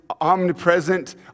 omnipresent